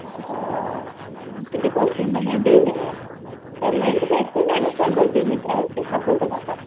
ହଁ ତ ଟିକେ କଷ୍ଟ୍ୟୁମଟା ଯାଇଁ ଦେଇଦେବେ ପେମେଣ୍ଟ୍ ବେଶି ନାହିଁ ସାର୍ ବଜେଟ୍ ଭିତରେ ଅଛି ସାତଶହ ଟଙ୍କା